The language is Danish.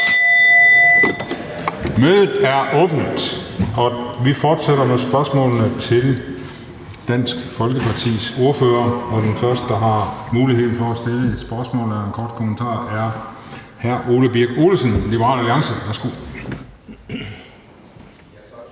Mødet er genoptaget. Vi fortsætter med spørgsmål til Dansk Folkepartis ordfører, og den første, der har muligheden for at stille et spørgsmål eller en kort bemærkning, er hr. Ole Birk Olesen, Liberal Alliance. Værsgo. Kl.